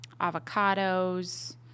avocados